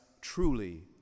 truly